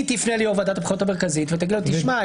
תפנה ליו"ר ועדת הבחירות המרכזית ותאמר לו: תשמע,